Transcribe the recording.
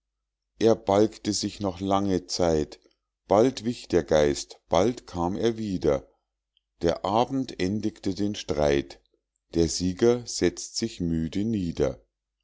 er balgte sich noch lange zeit bald wich der geist bald kam er wieder der abend endigte den streit der sieger setzt sich müde nieder